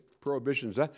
prohibitions